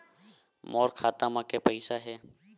मोर खाता म के पईसा हे?